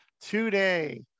today